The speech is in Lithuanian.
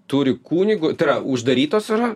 turi kunigu tai yra uždarytos yra